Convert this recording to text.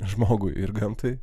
žmogui ir gamtai